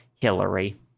hillary